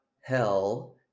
hell